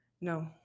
No